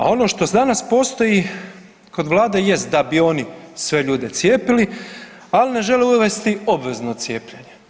A ono što danas postoji kod vlade jest da bi oni sve ljude cijepili, al ne žele uvesti obvezno cijepljenje.